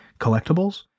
collectibles